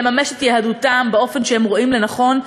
לממש את יהדותם באופן שהם רואים לנכון,